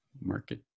Market